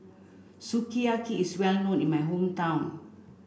Sukiyaki is well known in my hometown